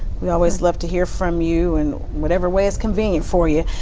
we always love to hear from you and whatever way is convenient for you.